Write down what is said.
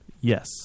Yes